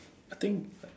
I think